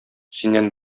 синнән